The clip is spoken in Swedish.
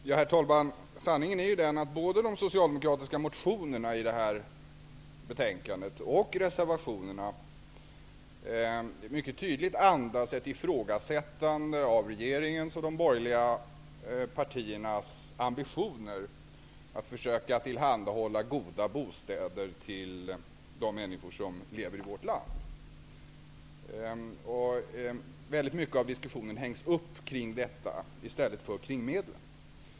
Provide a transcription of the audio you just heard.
Herr talman! Sanningen är att både de socialdemokratiska motionerna och reservationerna mycket tydligt andas ett ifrågasättande av regeringens och de borgerliga partiernas ambitioner att försöka tillhandahålla goda bostäder till människorna i vårt land. Väldigt mycket av diskussionen hängs upp kring detta i stället för kring medlen.